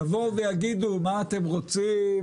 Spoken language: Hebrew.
יבואו ויגידו מה אתם רוצים,